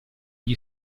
gli